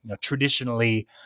traditionally